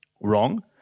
wrong